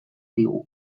digu